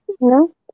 No